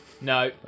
No